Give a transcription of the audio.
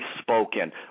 spoken